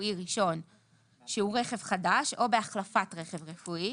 רפואי ראשון חדש או בהחלפת רכב רואי.